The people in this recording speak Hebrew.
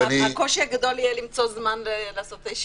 הקושי הגדול יהיה למצוא זמן לעשות את הישיבות.